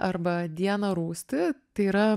arba diena rūsti tai yra